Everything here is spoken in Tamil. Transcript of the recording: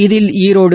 இதில் ஈரோடு